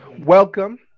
welcome